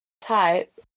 type